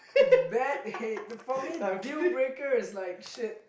bad hate for me deal breakers like shit